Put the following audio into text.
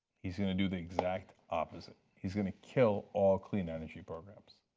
he's going to do the exact opposite. he's going to kill all clean energy programs.